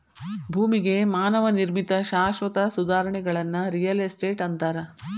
ಭೂಮಿಗೆ ಮಾನವ ನಿರ್ಮಿತ ಶಾಶ್ವತ ಸುಧಾರಣೆಗಳನ್ನ ರಿಯಲ್ ಎಸ್ಟೇಟ್ ಅಂತಾರ